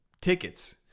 tickets